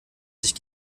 sich